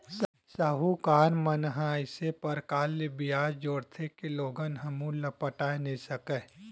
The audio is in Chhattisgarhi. साहूकार मन ह अइसे परकार ले बियाज जोरथे के लोगन ह मूल ल पटाए नइ सकय